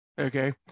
Okay